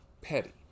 Petty